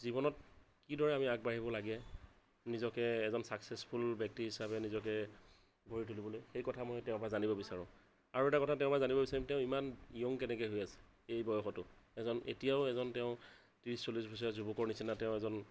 জীৱনত কিদৰে আমি আগবাঢ়িব লাগে নিজকে এজন চাক্চেছফুল ব্যক্তি হিচাপে নিজকে গঢ়ি তুলিবলৈ সেই কথা মই তেওঁৰ পৰাই জানিব বিচাৰোঁ আৰু এটা কথা তেওঁৰ পৰা জানিব বিচাৰিম তেওঁ ইমান ইয়ং কেনেকৈ হৈ আছে এই বয়সতো এজন এতিয়াও এজন তেওঁ ত্ৰিছ চল্লিছ বছৰীয়া যুৱকৰ নিচিনা তেওঁ এজন